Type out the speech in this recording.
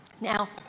Now